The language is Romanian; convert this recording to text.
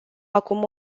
acum